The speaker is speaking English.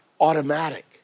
automatic